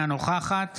אינה נוכחת